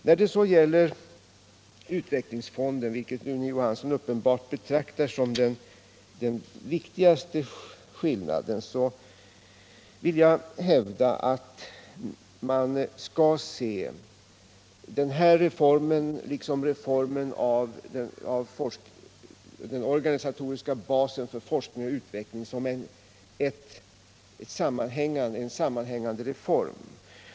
När det så gäller utvecklingsfonden — och här anser uppenbarligen Rune Johansson att den viktigaste skillnaden finns — vill jag hävda att man bör se den här reformen liksom reformen av den organisatoriska basen för forskning och utveckling som en sammanhängande reform.